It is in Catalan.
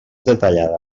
detallada